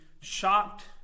shocked